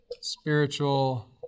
spiritual